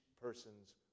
person's